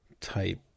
type